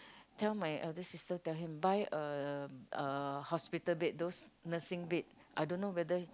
tell my eldest sister tell him buy a a hospital bed those nursing bed I don't know whether